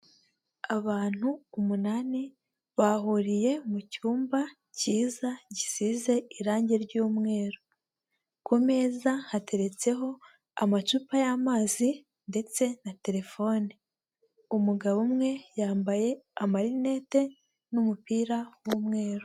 Abantu umunani bahuriye mu cyumba cyiza gisize irangi ry'umweru. Ku meza hateretseho amacupa y'amazi ndetse na terefone. Umugabo umwe yambaye amarinete n'umupira w'umweru.